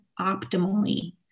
optimally